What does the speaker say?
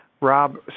Rob